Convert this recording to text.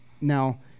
now